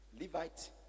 Levite